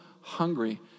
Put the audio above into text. hungry